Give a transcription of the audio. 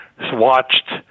watched